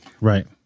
Right